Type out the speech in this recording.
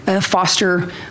foster